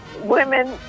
women